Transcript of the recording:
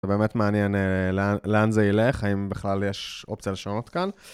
באמת מעניין לאן זה ילך, האם בכלל יש אופציה לשנות כאן.